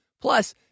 Plus